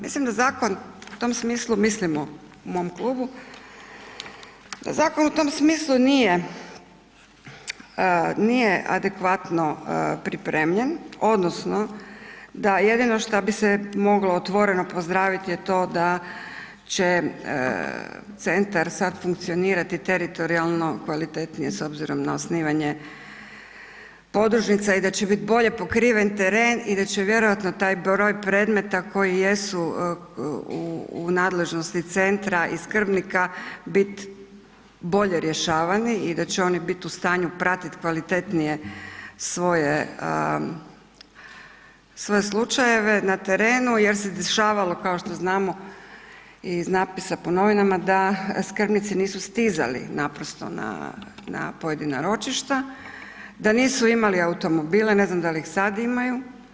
Mislim da zakon u tom smislu, mislimo u mom klubu, da zakon u tom smislu nije, nije adekvatno pripremljen odnosno da jedino šta bi se moglo otvoreno pozdraviti je to da će centar sad funkcionirati teritorijalno kvalitetnije s obzirom na osnivanje podružnica i da će bit bolje pokriven teren i da će vjerojatno taj broj predmeta koji jesu u nadležnosti centra i skrbnika bit bolje rješavani i da će oni biti u stanju pratiti kvalitetnije svoje, svoje slučajeve na terenu jer se dešavalo kao što znamo i iz natpisa po novinama da skrbnici nisu stizali naprosto na pojedina ročišta, da nisu imali automobile ne znam da li ih sada imaju.